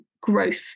growth